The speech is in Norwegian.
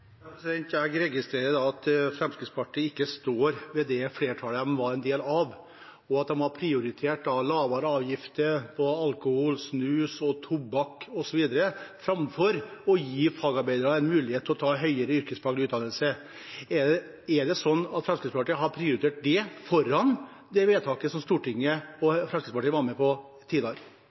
Jeg registrerer da at Fremskrittspartiet ikke står ved det flertallet de var en del av, og at de har prioritert lavere avgifter på alkohol, snus og tobakk osv. framfor å gi fagarbeidere en mulighet til å ta høyere yrkesfaglig utdannelse. Er det sånn at Fremskrittspartiet har prioritert det foran det vedtaket som Stortinget fattet, og som Fremskrittspartiet var med på